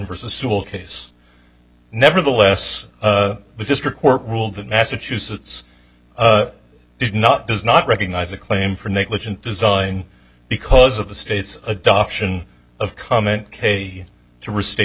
versus civil case nevertheless the district court ruled that massachusetts did not does not recognize a claim for negligent design because of the state's adoption of comment k to restate